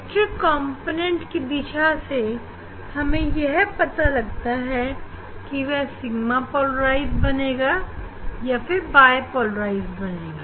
electric component की दिशा से हमें यह पता लगता है कि वह सिगमा पोलराइज बनेगा या फिर बायपोलराइज बनेगा